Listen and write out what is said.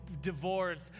divorced